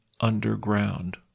underground